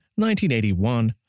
1981